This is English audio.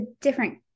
different